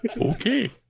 okay